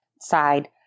side